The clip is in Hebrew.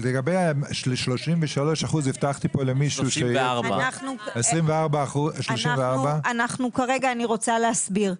לגבי 33%. אני רוצה להסביר.